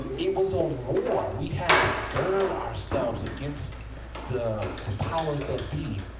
it was a war. we had to gird ourselves against the, the powers that be.